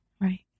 Right